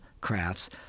crafts